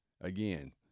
again